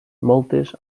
moltes